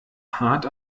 hart